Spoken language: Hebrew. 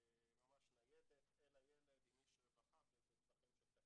ממש ניידת אל הילד עם איש רווחה בטווחים של דקות,